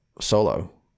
solo